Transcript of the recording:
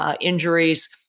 injuries